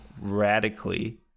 radically